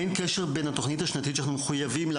אין קשר בין התוכנית השנתית שאנחנו מחויבים לה